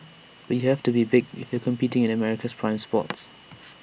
but you have to be big if you're competing in America's prime spots